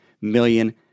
million